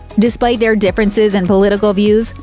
despite their differences in political views,